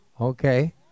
Okay